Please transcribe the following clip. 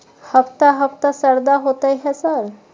हफ्ता हफ्ता शरदा होतय है सर?